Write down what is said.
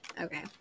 Okay